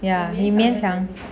ya 你勉强